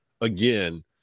again